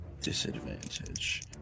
disadvantage